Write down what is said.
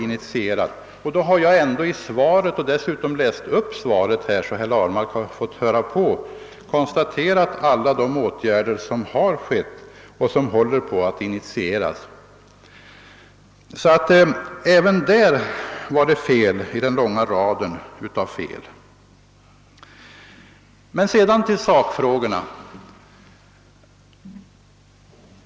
Ändå har jag i svaret — som jag dessutom läst upp, så att herr Ahlmark fått ta del av det än en gång — räknat upp alla de åtgärder som vidtagits och som håller på att initieras. även på den punkten gjorde sig alltså herr Ahlmark skyldig till ett fel — ett i en lång rad. Sedan nu sakfrågan.